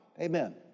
Amen